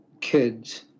kids